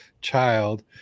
child